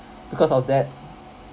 because of that